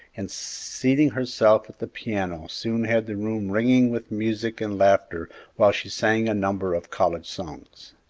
and seating herself at the piano soon had the room ringing with music and laughter while she sang a number of college songs.